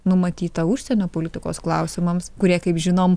numatyta užsienio politikos klausimams kurie kaip žinom